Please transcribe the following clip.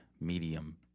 medium